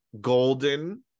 golden